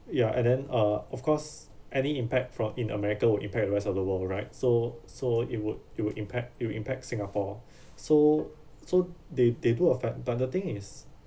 ya and then uh of course any impact from in america will impact the rest of the world right so so it would it would impact it would impact singapore so so they they do affect but the thing is